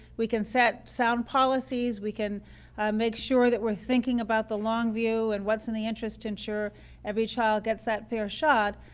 we can set sound policies, we can make sure that we are thinking about the long view and what's in the interest to ensure every child gets that fair shot,